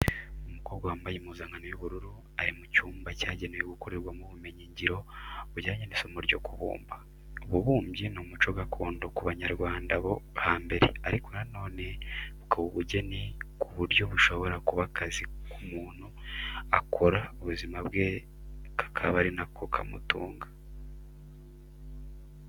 Umukobwa wambaye impuzankano y'ubururu, ari mu cyumba cyagenewe gukorerwamo ubumenyingiro bujyanye n'isomo ryo kubumba. Ububumbyi ni umuco gakondo ku banyarwanda bo hambere ariko na none bukaba ubugeni ku buryo bushobora kuba akazi k'umuntu akora ubuzima bwe kakaba ari nako kamutunga.